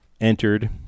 entered